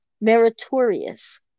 meritorious